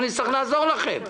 אנחנו נצטרך לעזור לכם.